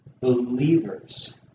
believers